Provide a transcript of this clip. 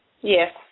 Yes